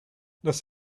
las